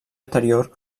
anterior